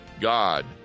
God